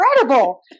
incredible